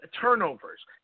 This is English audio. Turnovers